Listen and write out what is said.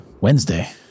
Wednesday